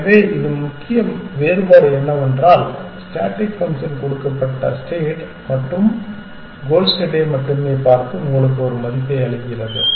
எனவே முக்கிய வேறுபாடு என்னவென்றால் ஸ்டேடிக் ஃபங்க்ஷன் கொடுக்கப்பட்ட ஸ்டேட் மற்றும் கோல் ஸ்டேட்டை மட்டுமே பார்த்து உங்களுக்கு ஒரு மதிப்பை அளிக்கிறது